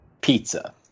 pizza